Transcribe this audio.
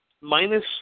minus